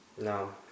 No